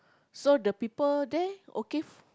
so the people there okay